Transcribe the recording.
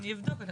אני אבדוק.